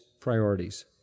priorities